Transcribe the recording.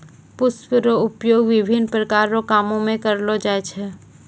पुष्प रो उपयोग विभिन्न प्रकार रो कामो मे करलो जाय छै